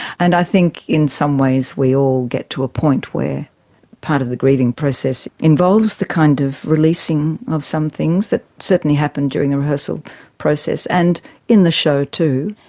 and i think in some ways we all get to a point where part of the grieving process involves the kind of releasing of some things that certainly happened during the rehearsal process and in the show too.